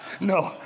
No